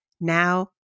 now